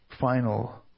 final